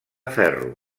ferro